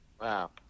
Wow